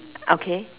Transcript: okay